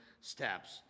steps